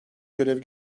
görevi